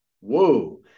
Whoa